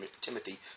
Timothy